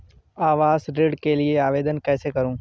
आवास ऋण के लिए आवेदन कैसे करुँ?